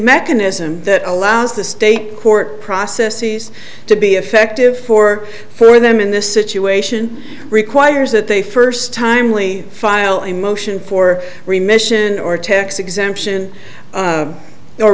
mechanism that allows the state court processes to be effective for for them in this situation requires that they first timely file a motion for remission or tax exemption